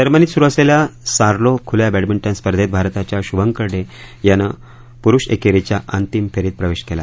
जर्मनीत सुरू असलेल्या सालों खुल्या बद्धमिंटन स्पर्धेत भारताच्या शुभंकर डे यानं पुरुष एकेरीच्या अंतिम फेरीत प्रवेश केला